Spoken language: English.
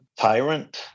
Tyrant